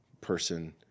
person